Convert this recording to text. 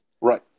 Right